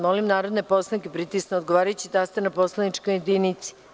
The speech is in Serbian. Molim narodne poslanike da pritisnu odgovarajući taster na poslaničkoj jedinici.